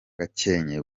gakenke